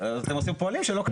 אז אתם פועלים שלא כדין.